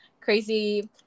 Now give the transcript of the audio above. crazy